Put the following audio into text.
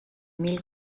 mil